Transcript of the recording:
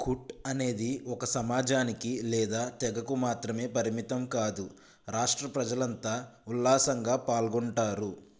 కుట్ అనేది ఒక సమాజానికి లేదా తెగకు మాత్రమే పరిమితం కాదు రాష్ట్ర ప్రజలంతా ఉల్లాసంగా పాల్గొంటారు